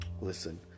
Listen